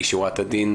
כי שורת הדין,